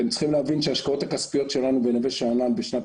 אתם צריכים להבין שההשקעות הכספיות שלנו בנווה שאנן בשנת